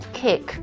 kick 。